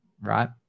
Right